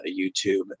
YouTube